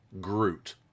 Groot